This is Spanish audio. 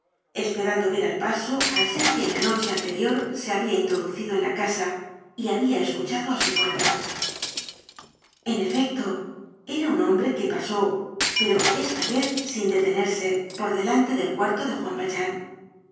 esperando ver al paso al ser que en la noche anterior se habia introducido en la casa y habia escuchado á su puerta en efecto era un hombre que pasó pero esta vez sin detenerse por delante del cuarto de juan yaljean